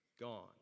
Gone